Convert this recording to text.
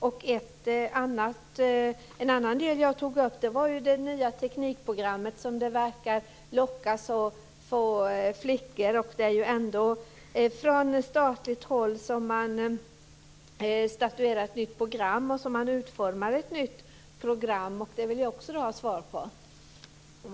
En annan del som jag tog upp är det nya teknikprogrammet, som verkar locka så få flickor. Det är ju ändå från statligt håll som man statuerar exempel och utformar ett nytt program. Det vill jag också ha besked om.